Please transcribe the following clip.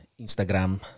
Instagram